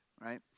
right